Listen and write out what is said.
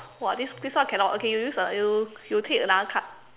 !wah! this this one cannot okay use a you you take another card